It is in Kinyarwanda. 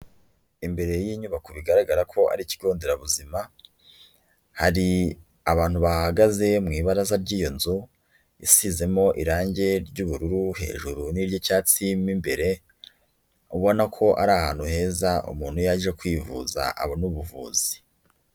imbere y'inyubako bigaragara ko ari ikigo nderabuzima, hari abantu bahahagaze mu ibaraza ry'iyo nzu isizemo irange ry'ubururu hejuru n'iry'icyatsi mo imbere, ubona ko ari ahantu heza umuntu iyo aje kwivuza abona ubuvuzi.